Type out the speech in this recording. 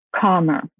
calmer